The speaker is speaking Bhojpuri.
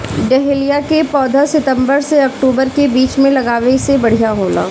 डहेलिया के पौधा सितंबर से अक्टूबर के बीच में लागावे से बढ़िया होला